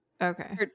okay